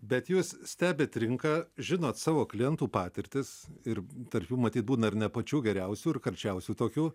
bet jūs stebit rinką žinot savo klientų patirtis ir tarp jų matyt būna ir ne pačių geriausių ir karčiausių tokių